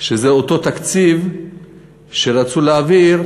שזה אותו תקציב שרצו להעביר